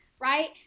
Right